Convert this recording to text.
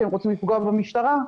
שהם רוצים לפגוע במשטרה.